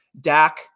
Dak –